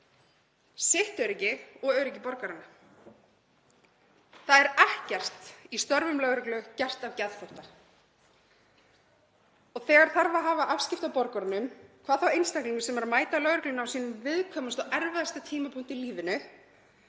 sitt öryggi og öryggi borgaranna. Það er ekkert í störfum lögreglu gert af geðþótta og þegar það þarf að hafa afskipti af borgurunum, hvað þá einstaklingum sem eru að mæta lögreglunni á sínum viðkvæmustu og erfiðustu tímapunktum í lífinu,